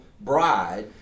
bride